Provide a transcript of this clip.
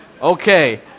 Okay